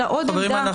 אלא עוד עמדה.